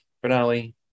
finale